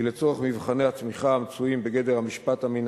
כי לצורך מבחני התמיכה המצויים ייעשה